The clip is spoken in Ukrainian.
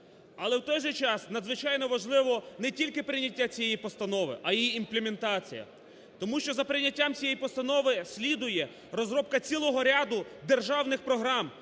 Але, в той же час, надзвичайно важливо не тільки прийняття цієї постанови, а її імплементація. Тому що за прийняттям цієї постанови слідує розробка цілого ряду державних програм,